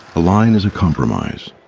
the line is a compromise,